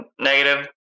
Negative